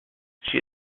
she